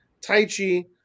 Taichi